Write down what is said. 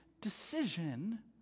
decision